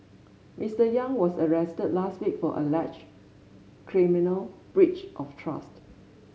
Mister Yang was arrested last week for alleged criminal breach of trust